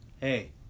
Hey